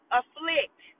afflict